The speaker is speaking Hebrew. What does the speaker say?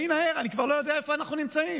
אני כבר לא יודע איפה אנחנו נמצאים.